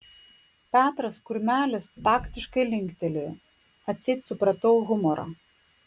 petras kurmelis taktiškai linktelėjo atseit supratau humorą